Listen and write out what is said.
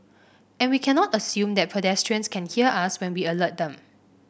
and we cannot assume that pedestrians can hear us when we alert them